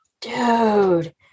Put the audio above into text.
Dude